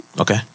Okay